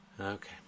Okay